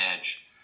edge